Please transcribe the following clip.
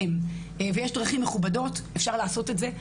יש דרכים מכובדות, אפשר לעשות את זה.